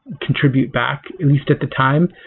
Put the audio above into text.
contribute back at least at the time.